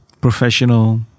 professional